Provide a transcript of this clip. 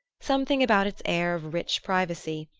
something about its air of rich privacy,